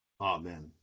Amen